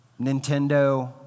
Nintendo